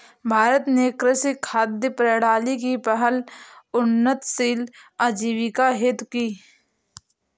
भारत ने कृषि खाद्य प्रणाली की पहल उन्नतशील आजीविका हेतु की